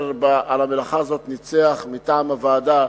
על המלאכה הזאת ניצח, מטעם הוועדה,